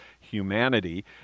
humanity